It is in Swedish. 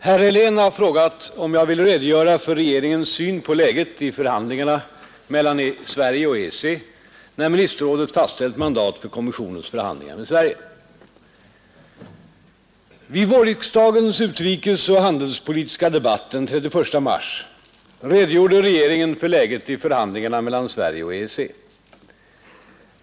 Herr talman! Herr Helén har frågat om jag vill redogöra för regeringens syn på läget i förhandlingarna mellan Sverige och EEC, när ministerrådet fastställt mandat för kommissionens förhandlingar med Sverige. Vid vårriksdagens utrikesoch handelspolitiska debatt den 31 mars redogjorde regeringen för läget i förhandlingarna mellan Sverige och EEC.